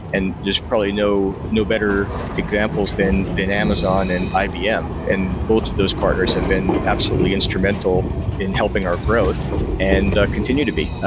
and just probably no no better examples than than amazon and ibm, and both of those partners have been absolutely instrumental in helping our growth and continue to be,